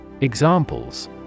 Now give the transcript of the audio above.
Examples